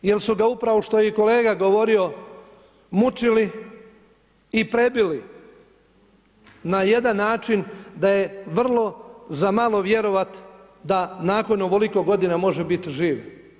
Jer su ga upravo, kao što je i kolega govorio, mučili i prebili na jedan način da je vrlo za malo vjerovat da nakon ovoliko godina može biti živ.